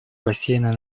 бассейна